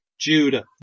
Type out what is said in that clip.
Judah